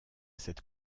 cette